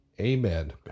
Amen